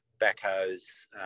backhoes